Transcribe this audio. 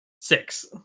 Six